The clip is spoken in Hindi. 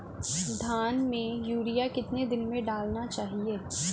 धान में यूरिया कितने दिन में डालना चाहिए?